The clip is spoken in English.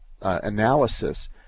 analysis